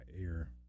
air